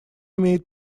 имеет